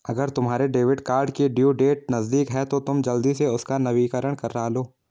अगर तुम्हारे debit card की ड्यू डेट नज़दीक है तो तुम जल्दी से उसका नवीकरण करालो